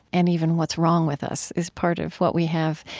and even what's wrong with us is part of what we have,